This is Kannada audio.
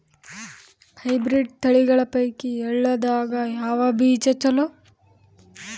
ಹೈಬ್ರಿಡ್ ತಳಿಗಳ ಪೈಕಿ ಎಳ್ಳ ದಾಗ ಯಾವ ಬೀಜ ಚಲೋ?